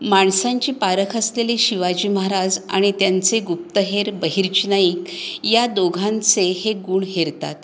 माणसांची पारख असलेले शिवाजी महाराज आणि त्यांचे गुप्तहेर बहिर्जी नाईक या दोघांचे हे गुण हेरतात